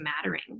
mattering